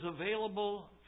available